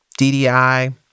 DDI